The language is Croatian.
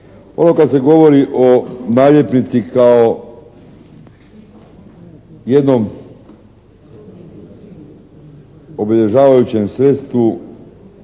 Ono kad se govori o naljepnici kao jednom obilježavajućem sredstvu